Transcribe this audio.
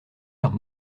l’air